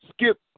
Skip